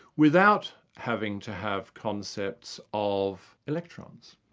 without having to have concepts of electrons,